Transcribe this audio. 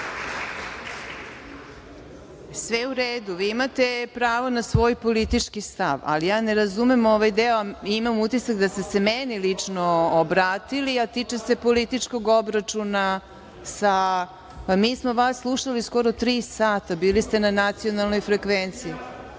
je u redu. Vi imate pravo na svoj politički stav, ali ja ne razumem ovaj deo i imam utisak da ste se meni lično obratili, a tiče se političkog obračuna sa…Mi smo vas slušali skoro tri sata. Bili ste na nacionalnoj frekvenciji. Gospođo